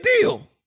deal